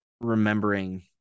remembering